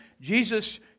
Jesus